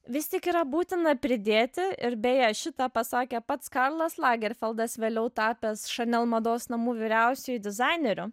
vis tik yra būtina pridėti ir beje šitą pasakė pats karlas lagerfeldas vėliau tapęs chanel mados namų vyriausiuoju dizaineriu